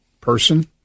person